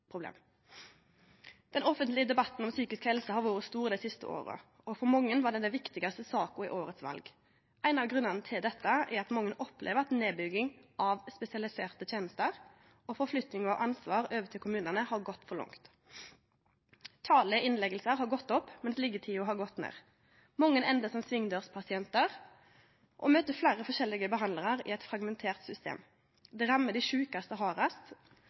Den offentlege debatten om psykisk helse har vore stor dei siste åra, og for mange var det den viktigaste saka i årets val. Ein av grunnane til dette er at mange opplever at nedbygging av spesialiserte tenester og forflytting av ansvar over til kommunane har gått for langt. Talet på innleggingar har gått opp, mens liggjetida har gått ned. Mange endar som svingdørspasientar og møter fleire forskjellige behandlarar i eit fragmentert system. Det rammar dei sjukaste